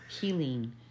Healing